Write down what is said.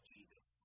Jesus